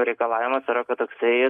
reikalavimas yra kad toksai